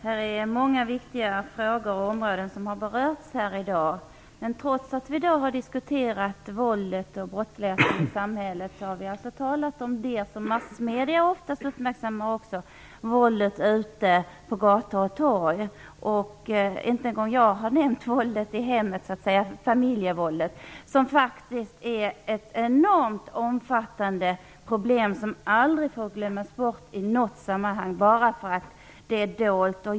Herr talman! Många viktiga frågor och områden har berörts här i dag. Trots att vi har diskuterat våldet och brottsligheten i samhället har vi endast talat om det som massmedierna oftast uppmärksammar, nämligen våldet ute på gator och torg. Inte ens jag har nämnt våldet i hemmen, familjevåldet. Det är ett mycket omfattande problem som inte får glömmas bort bara för att det är dolt.